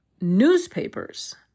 newspapers